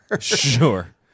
Sure